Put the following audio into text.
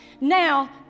now